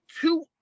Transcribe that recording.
Two